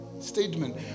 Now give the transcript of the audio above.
statement